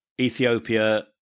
Ethiopia